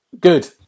Good